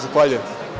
Zahvaljujem.